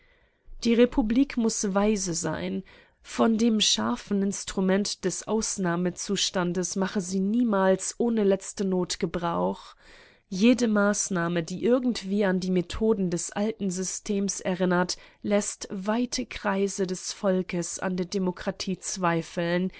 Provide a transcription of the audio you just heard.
die republik muß weise sein von dem scharfen instrument des ausnahmezustandes mache sie niemals ohne letzte not gebrauch jede maßnahme die irgendwie an die methoden des alten systems erinnert läßt weite kreise des volkes an der demokratie zweifeln